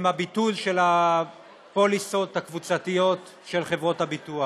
עם הביטול של הפוליסות הקבוצתיות של חברות הביטוח,